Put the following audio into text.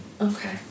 Okay